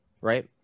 right